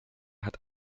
hat